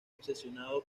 obsesionado